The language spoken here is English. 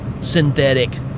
synthetic